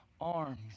arms